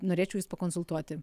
norėčiau jus pakonsultuoti